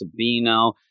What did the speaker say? Sabino